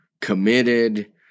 committed